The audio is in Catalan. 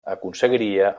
aconseguiria